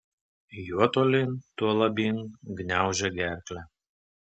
juo tolyn tuo labyn gniaužia gerklę